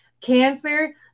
Cancer